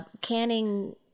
canning